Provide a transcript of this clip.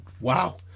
wow